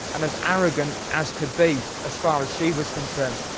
and as arrogant as could be, as far as she was concerned.